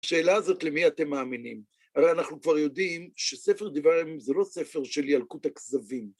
השאלה הזאת למי אתם מאמינים? הרי אנחנו כבר יודעים שספר דיברי הימים זה לא ספר של ילקוט הכזבים